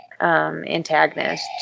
antagonist